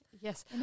Yes